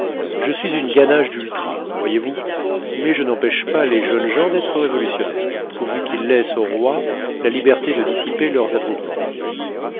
je suis une ganache d'ultrà voyez-vous mais je n'empêche pas les jeunes gens d'être révolutionnaires pourvu qu'ils laissent au roi la liberté de dissiper leurs attroupements